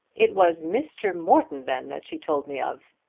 it was mr. morton then that she told me of?